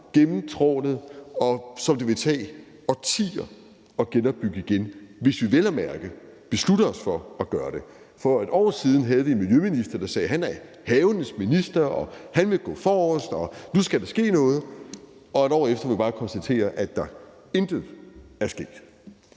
gennemtrawlet, som det vil tage årtier at genopbygge, hvis vi vel at mærke beslutter os for at gøre det. For et år siden havde vi en miljøminister, der sagde, at han er havenes minister, at han vil gå forrest, og at nu skal der ske noget. Og et år efter må vi bare konstatere, at der intet er sket.